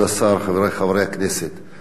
ברצוני להסב את תשומת לבך,